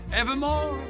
evermore